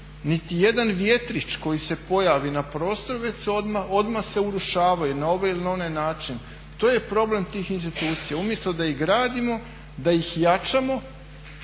niti jedan vjetrić koji se pojavi na prostoru već se odmah se urušavaju na ovaj ili na onaj način. To je problem tih institucija, umjesto da ih gradimo, da ih jačamo